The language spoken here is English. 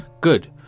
Good